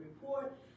report